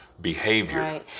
behavior